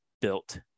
built